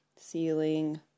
ceiling